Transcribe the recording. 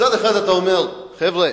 מצד אחד אתה אומר: חבר'ה,